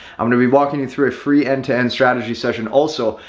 i'm going to be walking you through a free end to end strategy session. also,